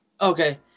Okay